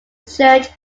church